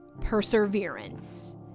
perseverance